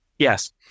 Yes